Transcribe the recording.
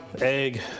egg